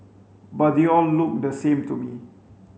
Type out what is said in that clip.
but they all looked the same to me